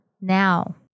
Now